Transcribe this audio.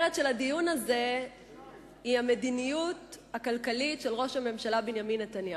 הכותרת של הדיון הזה היא המדיניות הכלכלית של ראש הממשלה בנימין נתניהו.